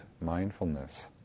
mindfulness